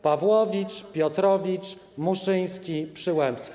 Pawłowicz, Piotrowicz, Muszyński, Przyłębska.